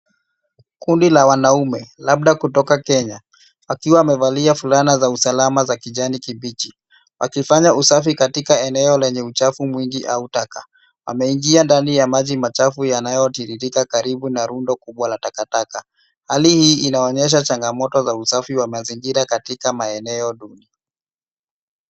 Kundi la wanaume, labda kutoka Kenya, wakiwa wamevalia fulana za usalama za kijani kibichi , wakifanya usafi katika eneo lenye uchafu mwingi au taka. Ameingia ndani ya maji machafu yanayotiririka, karibu na rundo kubwa la takataka. Hali hii inaonyesha changamoto za usafi wa mazingira katika maeneo duni.